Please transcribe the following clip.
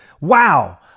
wow